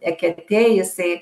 eketėj jisai